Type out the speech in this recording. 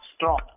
strong